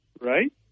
right